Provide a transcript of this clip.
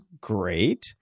great